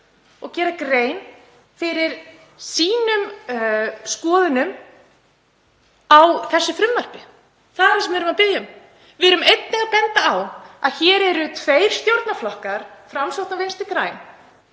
og gera grein fyrir skoðunum sínum á þessu frumvarpi. Það er það sem við erum að biðja um. Við erum einnig að benda á að hér eru tveir stjórnarflokkar, Framsókn og Vinstri græn,